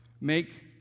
make